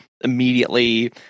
immediately